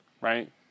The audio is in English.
right